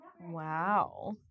Wow